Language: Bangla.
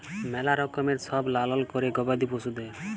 ম্যালা রকমের সব লালল ক্যরে গবাদি পশুদের